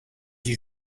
huit